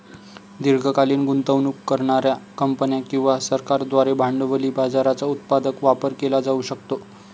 दीर्घकालीन गुंतवणूक करणार्या कंपन्या किंवा सरकारांद्वारे भांडवली बाजाराचा उत्पादक वापर केला जाऊ शकतो